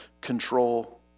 control